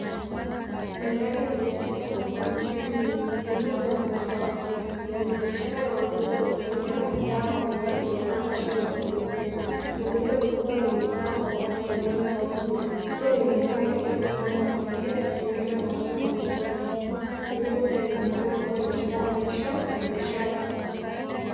Mandhari inaonyesha soko kubwa lenye shughuli nyingi, lililojaa umati wa watu wengi, wanabiashara na wanunuzi wamekusanyika na bidhaa mbalimbali zimepangwa chini yao kwenye meza. Kuna miundo mikubwa yenye paa za bati zinazotoa kivuli. Jua linaonekana likiwa upande wa kulia, likiongeza mwangaza kwenye umati. Eneo lote linaonekana kuwa limejaa maisha na biashara.